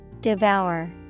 Devour